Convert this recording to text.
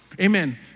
amen